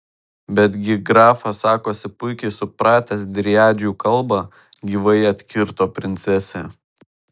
betgi grafas sakosi puikiai supratęs driadžių kalbą gyvai atkirto princesė